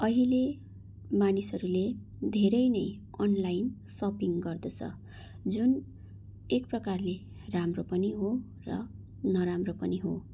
अहिले मानिसहरूले धेरै नै अनलाइन सपिङ गर्दछ जुन एकप्रकारले राम्रो पनि हो र नराम्रो पनि हो